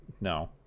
No